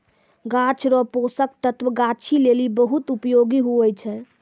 गाछ रो पोषक तत्व गाछी लेली बहुत उपयोगी हुवै छै